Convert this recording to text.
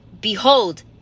Behold